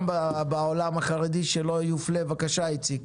גם בעולם החרדי, שלא יופלה, בבקשה איציק.